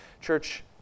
Church